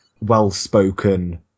well-spoken